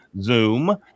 Zoom